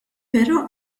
però